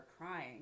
crying